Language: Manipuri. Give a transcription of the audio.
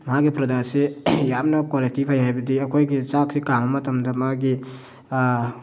ꯃꯍꯥꯛꯀꯤ ꯄ꯭ꯔꯗꯛ ꯑꯁꯤ ꯌꯥꯝꯅ ꯀ꯭ꯋꯥꯂꯤꯇꯤ ꯐꯩ ꯍꯥꯏꯕꯗꯤ ꯑꯩꯈꯣꯏꯒꯤ ꯆꯥꯛꯁꯤ ꯀꯥꯝꯕ ꯃꯇꯝꯗ ꯃꯥꯒꯤ